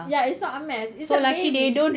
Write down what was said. ya it's not a mass it's a baby